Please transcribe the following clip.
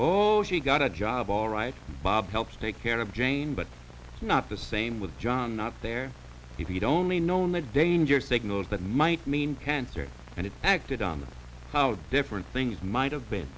all she got a job all right bob helps take care of jane but it's not the same with john not there if he'd only known the danger signals that might mean cancer and it acted on how different things might have been